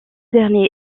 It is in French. dernier